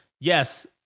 yes